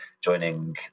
joining